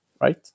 right